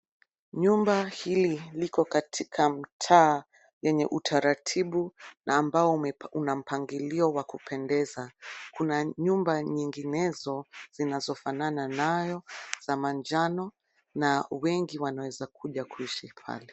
Nyumba hili liko katika mtaa lenye utaratibu na ambao una mpangilio wa kupendeza. Kuna nyumba nyinginezo zinazofanana nayo za manjano na wengi wanaweza kuja kuishi pale.